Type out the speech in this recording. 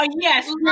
yes